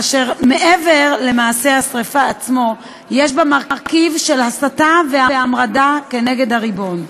אשר מעבר למעשה השרפה עצמו יש בה מרכיב של הסתה והמרדה כנגד הריבון.